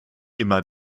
immer